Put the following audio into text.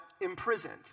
imprisoned